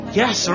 yes